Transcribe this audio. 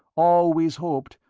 always hoped,